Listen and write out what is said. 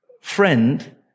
friend